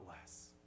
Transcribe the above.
less